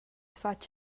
fatg